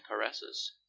caresses